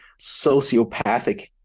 sociopathic